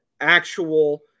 actual